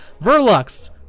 Verlux